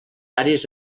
àrees